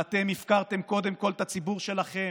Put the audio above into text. אתם הפקרתם קודם כול את הציבור שלכם.